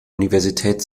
universität